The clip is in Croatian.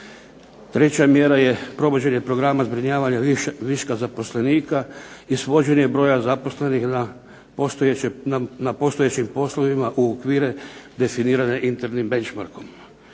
Treća mjera je provođenje programa zbrinjavanja viška zaposlenika i …/Ne razumije se./… broja zaposlenih na postojećim poslovima u okvire definiranja internim benchmarkom.